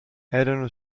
erano